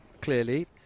clearly